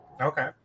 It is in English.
Okay